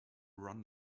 run